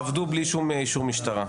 עבדו בלי אישור משטרה,